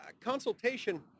consultation